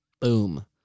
Boom